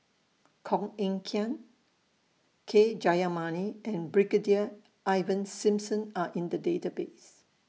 Koh Eng Kian K Jayamani and Brigadier Ivan Simson Are in The Database